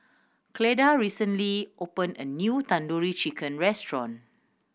Cleda recently opened a new Tandoori Chicken Restaurant